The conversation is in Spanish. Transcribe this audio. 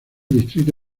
distrito